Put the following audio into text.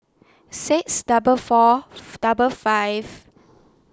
six double Fourth double five